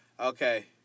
Okay